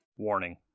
Warning